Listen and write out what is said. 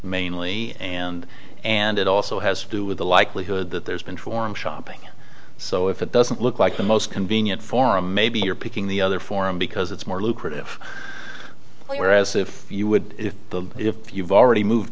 mainly and and it also has to do with the likelihood that there's been forum shopping so if it doesn't look like the most convenient forum maybe you're picking the other forum because it's more lucrative whereas if you would if the if you've already moved